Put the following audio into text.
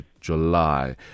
july